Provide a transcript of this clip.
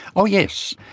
oh yes.